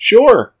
Sure